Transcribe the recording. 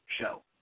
show